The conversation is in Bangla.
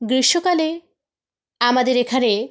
গ্রীষ্মকালে আমাদের এখানে